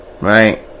right